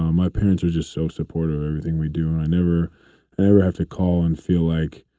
um my parents are just so supportive of everything we do. and i never never have to call and feel like.